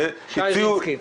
שי רינסקי,